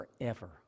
forever